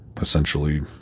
essentially